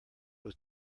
was